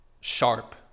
sharp